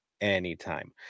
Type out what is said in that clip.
anytime